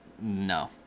No